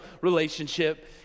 relationship